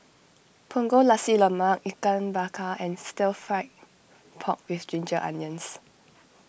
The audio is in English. Punggol Nasi Lemak Ikan Bakar and Stir Fry Pork with Ginger Onions